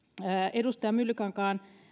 edustaja myllykosken